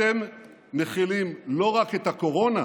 אתם מכילים לא רק את הקורונה,